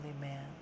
man